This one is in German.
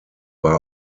war